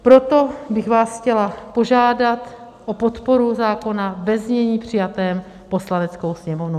Proto bych vás chtěla požádat o podporu zákona ve znění přijatém Poslaneckou sněmovnou.